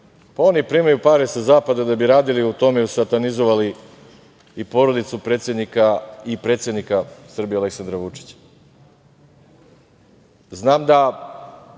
Oni primaju pare sa zapada da bi radili na tome, satanizovali i porodicu predsednika i predsednika Srbije Aleksandra Vučića. Znam da